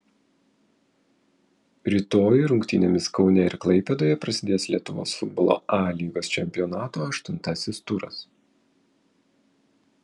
rytoj rungtynėmis kaune ir klaipėdoje prasidės lietuvos futbolo a lygos čempionato aštuntasis turas